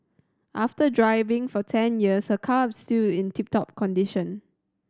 after driving for ten years her car is still in tip top condition